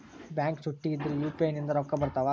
Bank ಚುಟ್ಟಿ ಇದ್ರೂ UPI ನಿಂದ ರೊಕ್ಕ ಬರ್ತಾವಾ?